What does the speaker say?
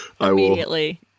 Immediately